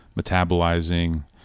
metabolizing